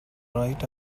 bright